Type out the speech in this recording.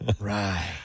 Right